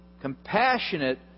compassionate